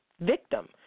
victim